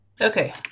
Okay